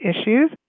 issues